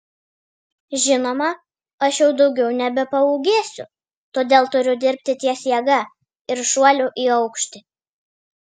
žinoma aš jau daugiau nebepaūgėsiu todėl turiu dirbti ties jėga ir šuoliu į aukštį